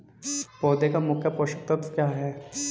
पौधे का मुख्य पोषक तत्व क्या हैं?